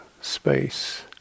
space